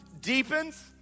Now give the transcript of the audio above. deepens